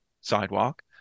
sidewalk